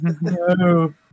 No